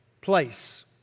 place